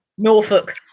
Norfolk